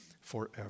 forever